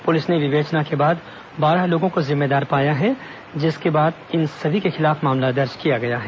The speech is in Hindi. पुलिस ने विवेचना के बाद बारह लोगों को जिम्मेदार पाया है जिसके बाद इन सभी के खिलाफ मामला दर्ज किया गया है